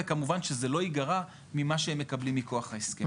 וכמובן שזה לא ייגרע ממה שהם מקבלים מכוח ההסכם.